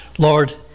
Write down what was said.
Lord